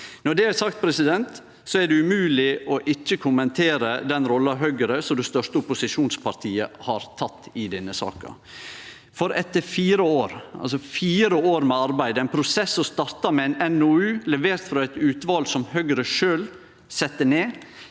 Når det er sagt, er det umogleg å ikkje kommentere den rolla Høgre, som det største opposisjonspartiet, har teke i denne saka. Etter fire år med arbeid, ein prosess som starta med ein NOU levert frå eit utval som Høgre sjølv sette ned,